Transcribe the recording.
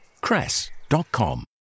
cress.com